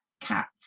cats